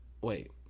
wait